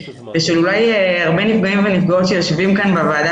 ושל אולי הרבה נפגעים ונפגעות שיושבים כאן בוועדה